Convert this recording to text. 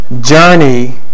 journey